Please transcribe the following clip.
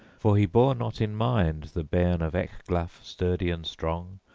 for he bore not in mind, the bairn of ecglaf sturdy and strong,